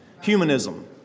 Humanism